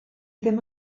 ddim